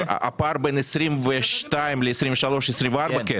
הפער בין 2022 ל-2023 ו-2024?